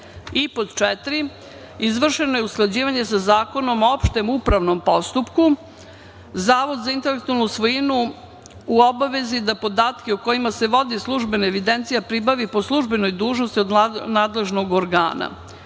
četiri, izvršeno je usklađivanje sa Zakonom o opštem upravnom postupku. Zavod za intelektualnu svojinu u obavezi je da podatke o kojima se vodi službena evidencija pribavi po službenoj dužnosti od nadležnog organa.